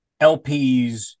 LPs